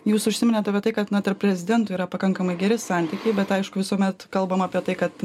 jūs užsiminėt apie tai kad na tarp prezidentų yra pakankamai geri santykiai bet aišku visuomet kalbam apie tai kad